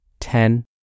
ten